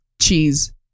cheese